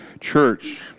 church